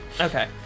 Okay